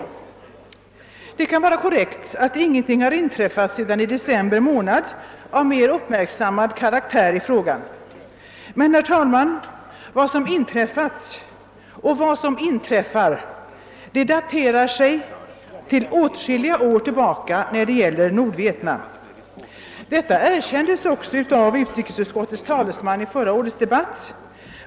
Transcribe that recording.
Det kan vara riktigt att ingenting har förekommit av mer uppmärksammad karaktär beträffande Nordkorea sedan i december månad förra året. Vad som har inträffat, herr talman, daterar sig till flera år tillbaka; detta erkände också utrikesutskottets talesman under förra årets debatt.